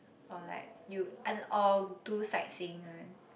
or like you and or do sightseeing one